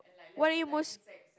what are you most